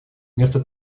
вместо